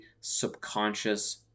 subconscious